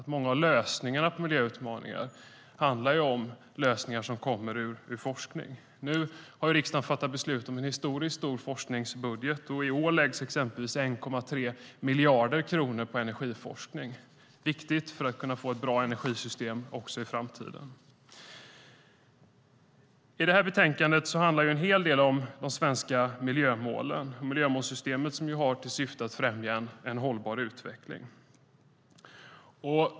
Många av lösningarna på miljöutmaningarna är lösningar som kommer ur forskning. Nu har riksdagen fattat beslut om en historiskt stor forskningsbudget. I år läggs exempelvis 1,3 miljarder kronor på energiforskning - viktigt för att kunna få ett bra energisystem också i framtiden. I betänkandet handlar en hel del om de svenska miljömålen och miljömålssystemet som ju har till syfte att främja en hållbar utveckling.